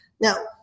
Now